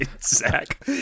Zach